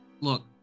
look